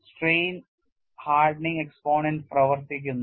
strain hardening exponent പ്രവർത്തിക്കുന്നു